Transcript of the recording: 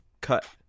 cut